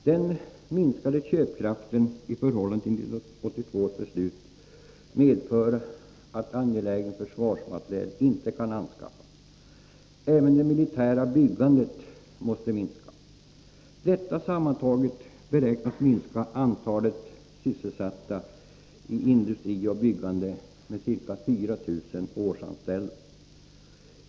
Den minskade köpkraften i förhållande till 1982 års beslut medför att angelägen försvarsmateriel inte kan anskaffas. Även det militära byggandet måste minska. Detta sammantaget beräknas minska antalet årsanställda inom industri och byggande med 4 000.